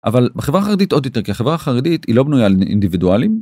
אבל בחברה החרדית עוד יותר כי החברה החרדית היא לא בנויה על אינדיבידואלים.